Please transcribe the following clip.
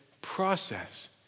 process